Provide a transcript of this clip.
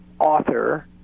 author